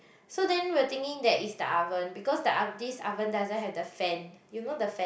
so then we were thinking that is the oven because the ov~ this oven doesn't have the fan you know the fan